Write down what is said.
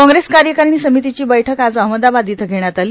काँग्रेस कार्यकारी समितीची बैठक आज अहमदाबाद इथं घेण्यात आली